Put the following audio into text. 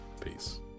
Peace